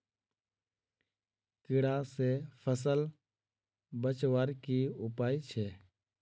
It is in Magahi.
कीड़ा से फसल बचवार की उपाय छे?